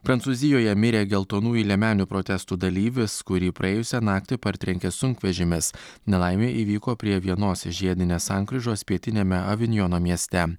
prancūzijoje mirė geltonųjų liemenių protestų dalyvis kurį praėjusią naktį partrenkė sunkvežimis nelaimė įvyko prie vienos žiedinės sankryžos pietiniame avinjono mieste